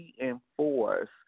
reinforce